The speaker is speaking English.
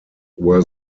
were